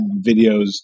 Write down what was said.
videos